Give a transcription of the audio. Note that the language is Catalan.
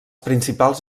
principals